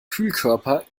kühlkörper